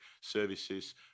services